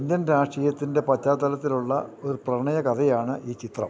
Indian രാഷ്ട്രീയത്തിന്റെ പശ്ചാത്തലത്തിലുള്ള ഒരു പ്രണയ കഥയാണ് ഈ ചിത്രം